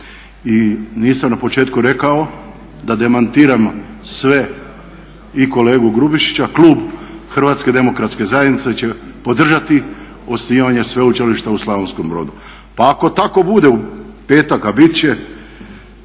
I nisam na početku rekao da demantiram sve i kolegu Grubišića, klub Hrvatske demokratske zajednice će podržati osnivanje sveučilišta u Slavonskom Brodu. Pa ako tako bude u petak a biti će,